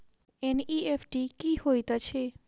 NEFT की होइत अछि?